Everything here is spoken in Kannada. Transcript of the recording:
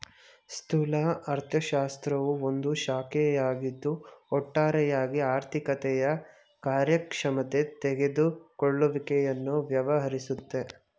ಸ್ಥೂಲ ಅರ್ಥಶಾಸ್ತ್ರವು ಒಂದು ಶಾಖೆಯಾಗಿದ್ದು ಒಟ್ಟಾರೆಯಾಗಿ ಆರ್ಥಿಕತೆಯ ಕಾರ್ಯಕ್ಷಮತೆ ತೆಗೆದುಕೊಳ್ಳುವಿಕೆಯನ್ನು ವ್ಯವಹರಿಸುತ್ತೆ